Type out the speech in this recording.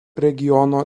regiono